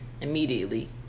immediately